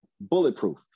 bulletproof